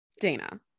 Dana